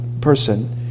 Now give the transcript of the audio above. person